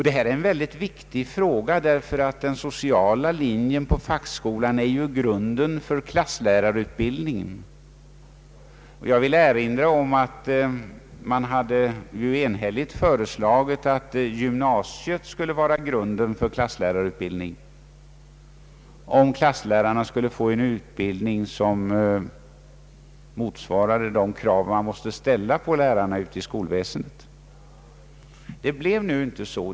Detta är en mycket viktig fråga, ty den sociala linjen på fackskolan är ju grunden för = klasslärarutbildningen. Jag vill erinra om att man enhälligt hade föreslagit att gymnasiet skulle vara grunden för klasslärarutbildningen, om klasslärarna skulle få en utbild ning som motsvarade de krav man måste ställa på lärarna ute i skolväsendet. Det blev nu inte så.